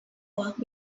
work